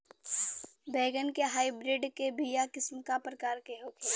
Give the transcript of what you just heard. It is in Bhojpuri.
बैगन के हाइब्रिड के बीया किस्म क प्रकार के होला?